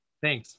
Thanks